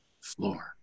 floor